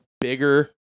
bigger